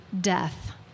death